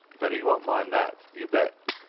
but he won't mind that, you bet.